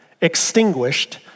extinguished